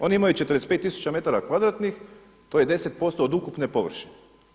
Oni imaju 45 tisuća metara kvadratnih to je 10% od ukupne površine.